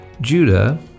Judah